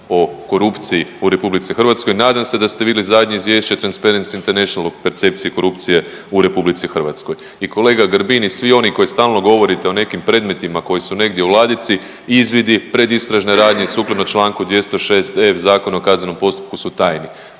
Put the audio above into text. o korupciji u Republici Hrvatskoj, nadam se da ste vidjeli zadnje izvješće Transparency Internationala o percepciji korupcije u Republici Hrvatskoj. I kolega Grbin i svi oni koji stalno govorite o nekim predmetima koji su negdje u ladici, izvidi, pred istražne radnje sukladno članku 206f. Zakona o kaznenom postupku su tajni.